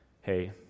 hey